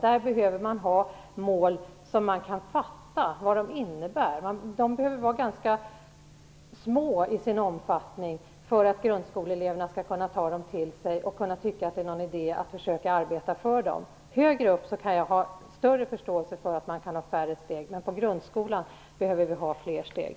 Där måste det vara mål vars innebörd man kan fatta. De behöver vara ganska små i sin omfattning för att grundskoleeleverna skall kunna ta dem till sig och tycka att det är någon idé med att försöka arbeta för dem. Högre upp kan jag ha större förståelse för att man kan ha färre steg, men i grundskolan behöver vi ha fler steg.